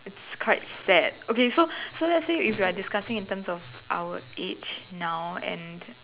it's quite fat okay so so let's say if we are discussing about our age now and